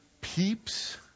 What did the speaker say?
peeps